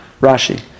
Rashi